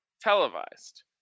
televised